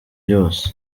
byose